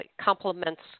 complements